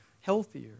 healthier